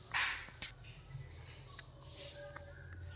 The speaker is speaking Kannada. ಲೊನ್ ಗ್ಯಾರ್ಂಟಿ ಯಾಕ್ ಕೊಡ್ಬೇಕು?